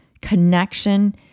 connection